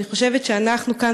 אני חושבת שאנחנו כאן,